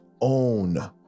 Own